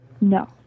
No